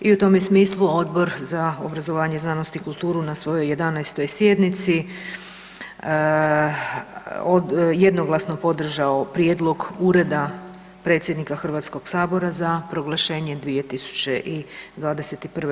I u tome smislu, Odbor za obrazovanje, znanost i kulturu na svojoj 11. sjednici jednoglasno je podržao prijedlog Ureda predsjednika Hrvatskog sabora za proglašenjem 2021.